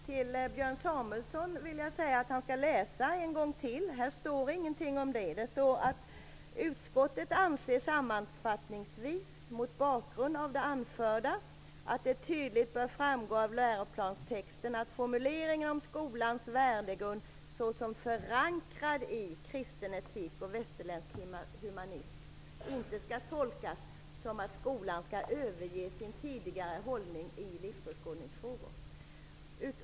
Herr talman! Låt mig säga till Björn Samuelson att han skall läsa detta en gång till. Det står ingenting om det. Det står: ''Utskottet anser sammanfattningsvis mot bakgrund av det anförda att det tydligt bör framgå av läroplanstexten att formuleringen om skolans värdegrund såsom förankrad i kristen etik och västerländsk humanism inte skall tolkas som att skolan skall överge sin tidigare hållning i livsåskådningsfrågor.